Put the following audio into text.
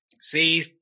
See